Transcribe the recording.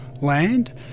land